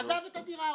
עזב את הדירה,